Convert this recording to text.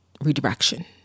Redirection